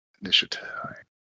Initiative